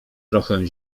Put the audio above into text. trochę